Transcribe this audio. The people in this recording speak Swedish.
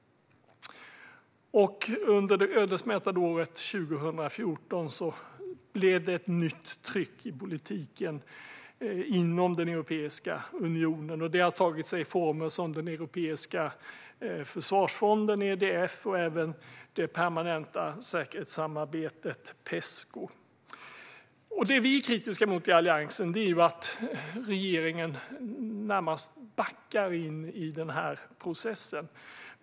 Under det ödesmättade året 2014 blev det ett nytt tryck i politiken inom Europeiska unionen. Det har tagit sig former som den europeiska försvarsfonden EDF och även det permanenta säkerhetssamarbetet Pesco. Det som vi är kritiska mot i Alliansen är att regeringen närmast backar in i den här processen.